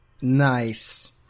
Nice